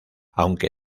aunque